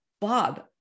Bob